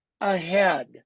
ahead